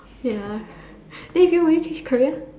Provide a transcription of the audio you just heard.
ya then if you will you change career